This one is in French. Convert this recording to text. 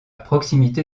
proximité